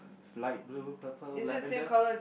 light blue purple lavender